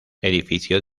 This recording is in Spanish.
edificio